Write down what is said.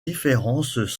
différences